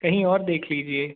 कहीं और देख लीजिए